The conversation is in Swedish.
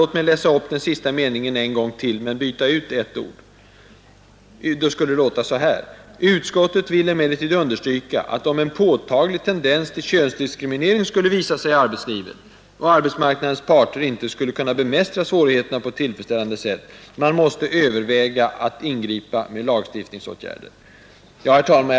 Låt mig läsa om den sista meningen ur detta citat en gång till, men med utbyte av ett ord: ”Utskottet vill emellertid understryka att, om en påtaglig tendens till könsdiskriminering skulle visa sig i arbetslivet och arbetsmarknadens parter inte skulle kunna bemästra svårigheterna på ett tillfredsställande sätt, man måste överväga att ingripa med lagstiftningsåtgärder.” Nr 138 Herr talman!